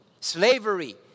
slavery